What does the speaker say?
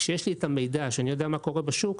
כשיש לי מידע ואני יודע מה קורה בשוק,